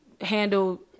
handle